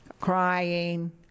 crying